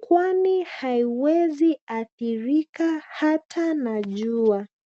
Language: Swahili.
kwani haiwezi athirika hata na jua.